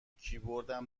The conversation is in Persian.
کیبوردم